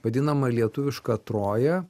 vadinama lietuviška troja